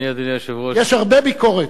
יש הרבה ביקורת,